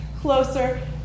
closer